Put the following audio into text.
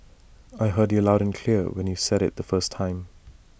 I heard you loud and clear when you said IT the first time